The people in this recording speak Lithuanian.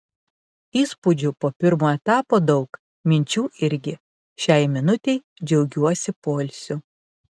įspūdžių po pirmo etapo daug minčių irgi šiai minutei džiaugiuosi poilsiu